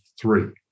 three